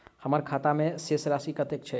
हम्मर खाता मे शेष राशि कतेक छैय?